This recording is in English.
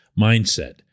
mindset